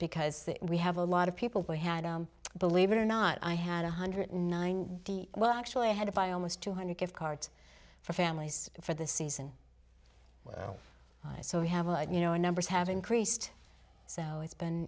because we have a lot of people who had believe it or not i had one hundred nine well i actually had to buy almost two hundred gift cards for families for the season well so we have a you know our numbers have increased so it's been